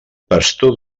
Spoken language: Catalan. pastor